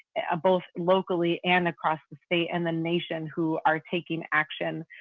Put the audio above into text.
ah both locally and across the state and the nation, who are taking action.